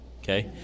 Okay